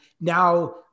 now